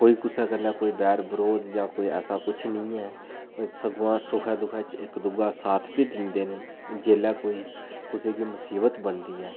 कोई कुसै कन्नै बैर बरोध जां ऐसा कुछ निं ऐ सगुआं सुखै दुखै च इक्क दूए दा साथ बी दिंदे न जेल्लै कोई कुसैगी मसीबत बनदी ऐ